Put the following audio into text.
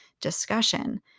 discussion